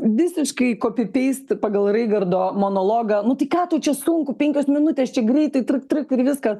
visiškai kopi peist pagal raigardo monologą nu tai ką tau čia sunku penkios minutės čia greitai trik trik ir viskas